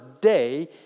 day